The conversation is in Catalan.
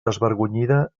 desvergonyida